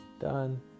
done